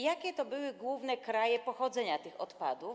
Jakie były główne kraje pochodzenia tych odpadów?